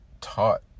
taught